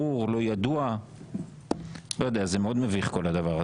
זה מאוד מביך כל הדבר הזה.